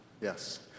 yes